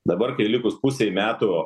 dabar kai likus pusei metų